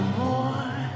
more